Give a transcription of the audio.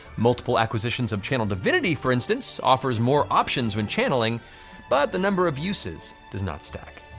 multiple acquisitions of channel divinity, for instance, offer more options when channeling but the number of uses does not stack.